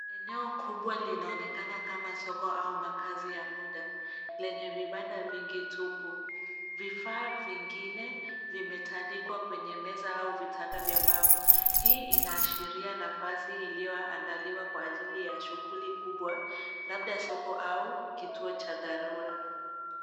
Eneo kubwa linaonekana soko au makazi ya muda, lenye vibanda vingi tupu. Vifaa vingine, vimetandikwa kwenye meza, au vitanda vya mbao. Hii inaashiria nafasi ilioandaliwa kwa ajili ya shughuli kubwa, labda soko, au kituo cha dharura.